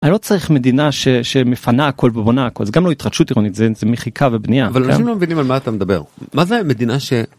אני לא צריך מדינה שמפנה הכל ובונה הכל, זה גם לא התחדשות עירונית, זה מחיקה ובנייה. אבל אנשים לא מבינים על מה אתה מדבר. מה זה מדינה ש...